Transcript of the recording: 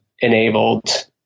enabled